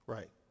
Right